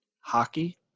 hockey